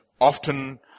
often